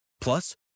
Plus